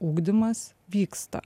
ugdymas vyksta